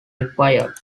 required